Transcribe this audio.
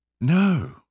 no